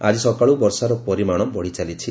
ଆଜି ସକାଳୁ ବର୍ଷାର ପରିମାଣ ବଢ଼ିଚାଲିଛି